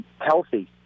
healthy